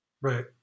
right